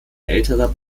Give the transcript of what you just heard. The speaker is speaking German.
älterer